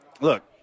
Look